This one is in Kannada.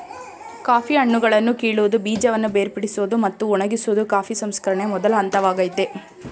ಕಾಫಿ ಹಣ್ಣುಗಳನ್ನು ಕೀಳುವುದು ಬೀಜವನ್ನು ಬೇರ್ಪಡಿಸೋದು ಮತ್ತು ಒಣಗಿಸೋದು ಕಾಫಿ ಸಂಸ್ಕರಣೆಯ ಮೊದಲ ಹಂತವಾಗಯ್ತೆ